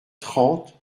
trente